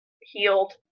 healed